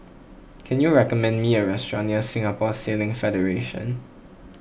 can you recommend me a restaurant near Singapore Sailing Federation